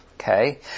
Okay